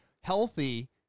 healthy